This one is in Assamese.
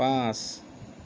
পাঁচ